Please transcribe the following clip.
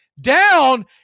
down